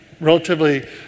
relatively